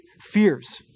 fears